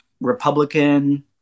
Republican